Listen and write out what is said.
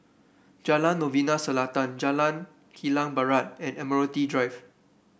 Jalan Novena Selatan Jalan Kilang Barat and Admiralty Drive